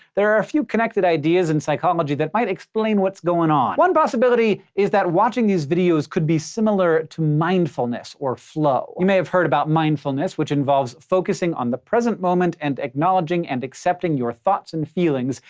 there are a few connected ideas in psychology that might explain what's going on. one possibility is that watching these videos could be similar to mindfulness or flow. you might've heard about mindfulness, which involves focusing on the present moment and acknowledging and accepting your thoughts and feelings.